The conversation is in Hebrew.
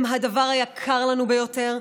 הם הדבר היקר לנו ביותר,